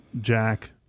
Jack